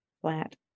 flat